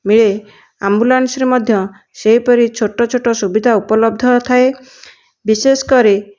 ମିଳେ ଆମ୍ବୁଲାନ୍ସରେ ମଧ୍ୟ ସେହି ପରି ଛୋଟ ଛୋଟ ସୁବିଧା ଉପଲବ୍ଧ ଥାଏ ବିଶେଷ କରି